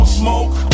smoke